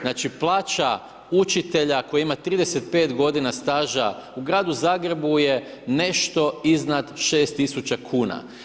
Znači plaća učitelja koji ima 35 godina staža u gradu Zagrebu je nešto iznad 6 tisuća kuna.